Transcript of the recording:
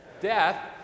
death